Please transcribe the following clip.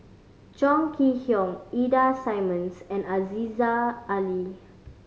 Chong Kee Hiong Ida Simmons and Aziza Ali